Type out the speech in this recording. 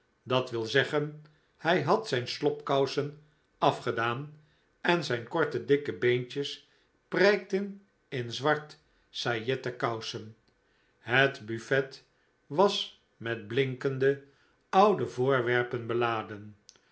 dat wil zeggen hij had zijn slobkousen afgedaan en zijn korte dikke beentjes prijkten in zwart sajetten kousen het buffet was met blinkende oude voorwerpen beladen